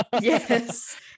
yes